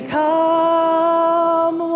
come